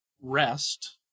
rest